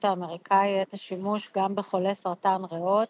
האמריקאי את השימוש גם בחולי סרטן ריאות,